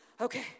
Okay